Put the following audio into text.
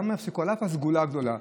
למה יפסיקו על אף הסגולה הגדולה?